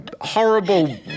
horrible